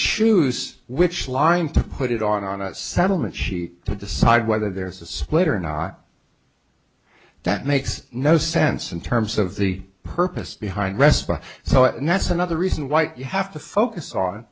choose which line to put it on on a settlement she to decide whether there's a split or nah that makes no sense in terms of the purpose behind respa so and that's another reason why you have to focus on